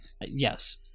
Yes